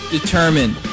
determined